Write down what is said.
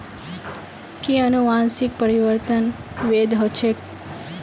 कि अनुवंशिक परिवर्तन वैध ह छेक